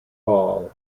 ball